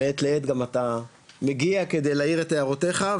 ומעת לעת אתה מגיע כדי להעיר את הערותיך,